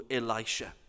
elisha